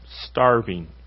starving